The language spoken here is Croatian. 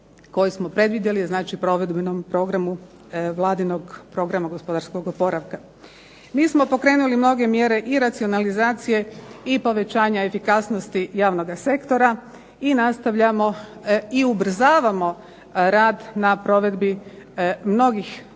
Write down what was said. koji smo predvidjeli, znači provedbenom programu Vladinog programa gospodarskog oporavka. Mi smo pokrenuli mnoge mjere i racionalizacije i povećanja efikasnosti javnoga sektora i nastavljamo i ubrzavamo rad na provedbi mnogih reformskih